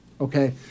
Okay